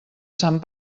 sant